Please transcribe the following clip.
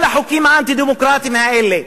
כל החוקים האנטי-דמוקרטיים האלה,